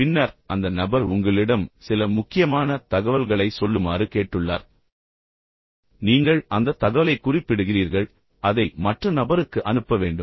பின்னர் அந்த நபர் உங்களிடம் சில முக்கியமான தகவல்களைச் சொல்லுமாறு கேட்டுள்ளார் பின்னர் நீங்கள் அந்த தகவலைக் குறிப்பிடுகிறீர்கள் பின்னர் அதை மற்ற நபருக்கு அனுப்ப வேண்டும்